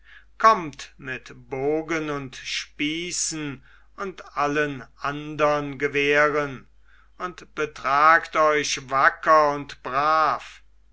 kommt mit bogen und spießen und allen andern gewehren und betragt euch wacker und brav